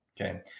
Okay